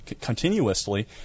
continuously